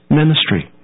ministry